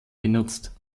genutzt